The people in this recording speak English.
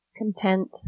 Content